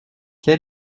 quel